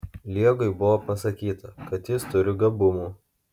liegui buvo pasakyta kad jis turi gabumų